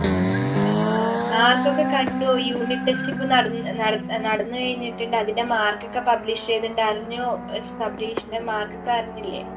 ആ മാർക്കൊക്കെ കണ്ടു യൂണിറ്റ് ടെസ്റ്റ് ഇപ്പോൾ നടന്ന് നട നടന്നുക്കഴിഞ്ഞിട്ടുണ്ട് അതിൻ്റെ മാർക്കൊക്കെ പബ്ലിഷ് ചെയ്തിട്ടുണ്ട് അറിഞ്ഞോ ശബരീഷിൻ്റെ മാർക്കൊക്കെ അറിഞ്ഞില്ലെ